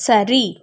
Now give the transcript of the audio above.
சரி